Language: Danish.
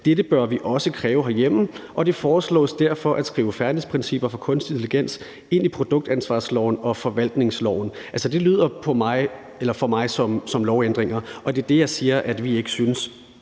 Dette bør vi også kræve herhjemme, og det foreslås derfor at skrive fairnessprincipper for kunstig intelligens ind i produktansvarsloven og forvaltningsloven.« Det lyder for mig som lovændringer, og det er det, jeg siger at jeg ikke synes